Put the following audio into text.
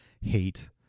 hate